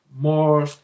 More